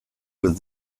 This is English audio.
with